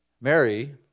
Mary